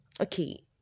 okay